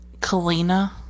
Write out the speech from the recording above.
Kalina